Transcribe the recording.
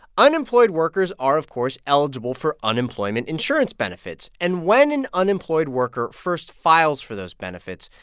unemployed workers are, of course, eligible for unemployment insurance benefits. and when an unemployed worker first files for those benefits,